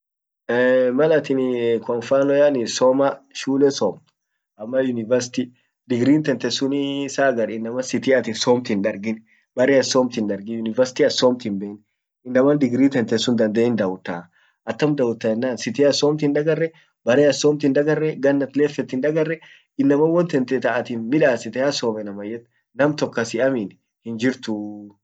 mallatin kwa mfano shule somt, ama university didrii tente sunii saa agar inama siti atin somt hindargin bare attin somt hindargin inaman digrii tante sun dandee hindautaa attam dauta ennan siti at somt hindagarre, bare at somt hindagarre, gan at leffet hindagarre, inaman won tante tatin midasit hasomme naman yet, nam tok kasiamin hinjirtuu.